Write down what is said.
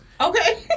Okay